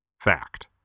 Fact